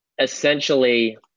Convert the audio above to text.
essentially